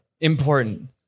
important